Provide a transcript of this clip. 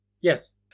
Yes